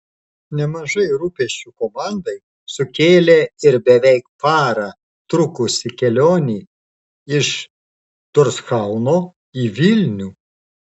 nemažai rūpesčių komandai sukėlė ir beveik parą trukusi kelionė iš torshauno į vilnių